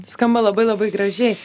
skamba labai labai gražiai